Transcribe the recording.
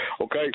Okay